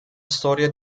storia